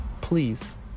please